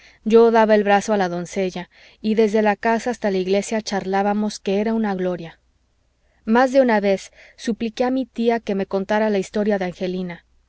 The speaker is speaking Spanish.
yo daba el brazo a la doncella y desde la casa hasta la iglesia charlábamos que era una gloria más de una vez supliqué a mi tía que me contara la historia de angelina